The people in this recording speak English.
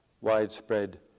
widespread